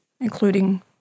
including